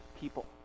people